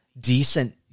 decent